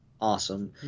Awesome